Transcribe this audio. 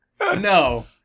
No